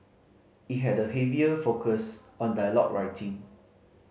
it had a heavier focus on dialogue writing